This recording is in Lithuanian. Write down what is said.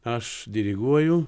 aš diriguoju